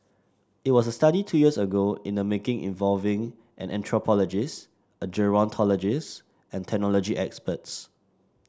it was a study two years ago in the making involving an anthropologist a gerontologist and technology experts